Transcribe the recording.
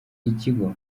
ikigo